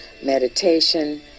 meditation